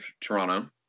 Toronto